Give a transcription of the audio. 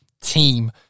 team